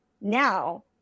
now